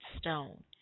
stone